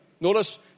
Notice